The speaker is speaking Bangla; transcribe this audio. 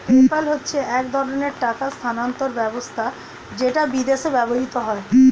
পেপ্যাল হচ্ছে এক ধরণের টাকা স্থানান্তর ব্যবস্থা যেটা বিদেশে ব্যবহৃত হয়